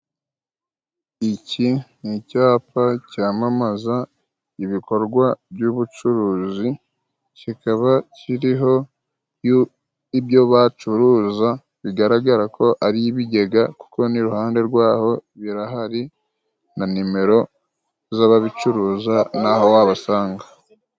Iki ni icyapa cyamamaza ibikorwa by'ubucuruzi, kikaba kiriho ibyo bacuruza bigaragara ko ari ibigega, kuko n'iruhande rwaho birahari na nimero z'ababicuruza n'aho wabasanga.